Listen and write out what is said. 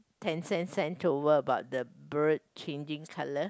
tencents sent to work about the bird changing colour